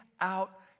out